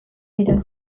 dira